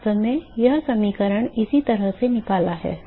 वास्तव में यह समीकरण इसी तरह से निकला है